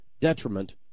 detriment